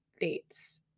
dates